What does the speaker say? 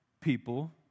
people